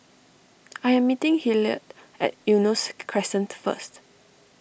I am meeting Hillard at Eunos Crescent first